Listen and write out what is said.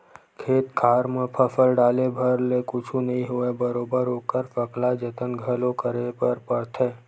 खेत खार म फसल डाले भर ले कुछु नइ होवय बरोबर ओखर सकला जतन घलो करे बर परथे